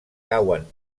cauen